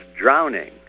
drowning